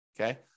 Okay